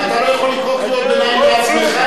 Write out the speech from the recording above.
אתה לא יכול לקרוא קריאות ביניים לעצמך.